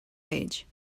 page